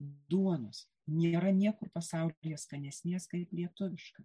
duonos nėra niekur pasaulyje skanesnės kaip lietuviška